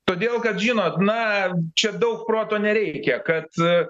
todėl kad žinot na čia daug proto nereikia kad